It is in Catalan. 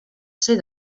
ser